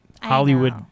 Hollywood